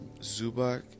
Zubak